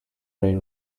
ray